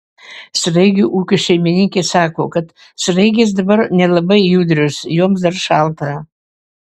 sraigių ūkio šeimininkė sako kad sraigės dabar nelabai judrios joms dar šalta